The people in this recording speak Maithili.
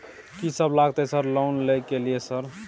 कि सब लगतै सर लोन ले के लिए सर?